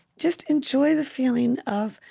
just enjoy the feeling of,